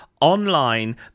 online